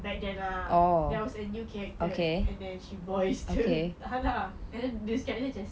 back then lah there was a new character and then she voiced her tak salah lah